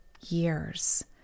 years